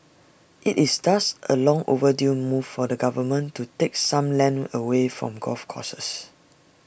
IT is thus A long overdue move for the government to take some land away from golf courses